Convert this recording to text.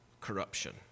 corruption